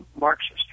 Marxist